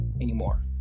Anymore